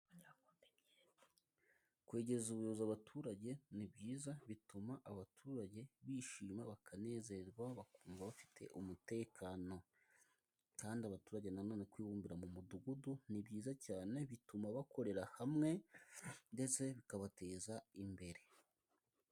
Kwegereza ubuyobozi abaturage ni byiza bituma abaturage bishima bakanezerwa bakumva bafite umutekano, kandi abaturage na none kwibumbira mu mudugudu ni byiza cyane bituma bakorera hamwe ndetse bikabateza imbere.